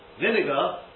vinegar